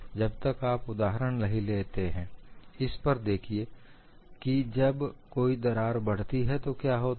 जब तक आप उदाहरण नहीं लेते हैं इस पर देखिए कि जब कोई दरार बढ़ती है तो क्या होता है